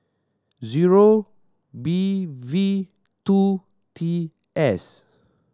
zero B V two T S